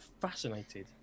fascinated